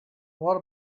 what